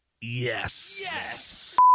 Yes